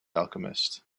alchemist